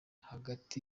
hagati